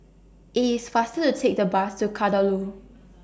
IT IS faster to Take The Bus to Kadaloor